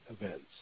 events